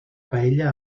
paella